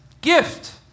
gift